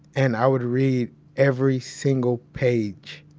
and i would read every single page,